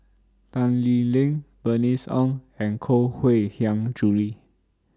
Tan Lee Leng Bernice Ong and Koh Mui Hiang Julie